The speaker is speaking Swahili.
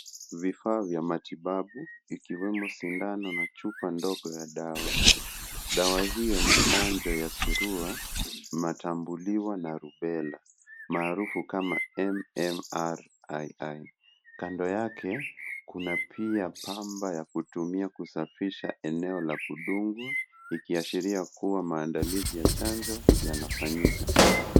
Vifaa vya matibabu ikiwemo sindano na chupa ndogo ya dawa. Dawa hiyo ni chanjo ya Surua, Matambuliwa na Rubela maarufu kama M M R I I . Kando yake kuna pia pamba ya kutumia kusafisha eneo la kudungwa ikiashiria kuwa maandalizi ya chanjo yanafanyika.